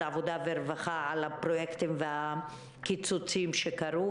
העבודה והרווחה לגבי הפרויקטים והקיצוצים שקרו,